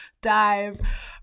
dive